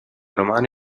romano